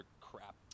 crap